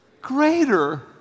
greater